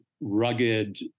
rugged